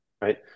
right